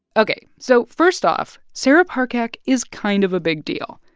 ok. so first off, sarah parcak is kind of a big deal.